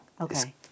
Okay